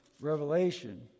Revelation